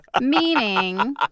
Meaning